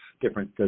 different